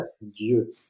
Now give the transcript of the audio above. Dieu